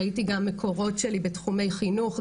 ראיתי גם מקורות שלי בתחומי חינוך,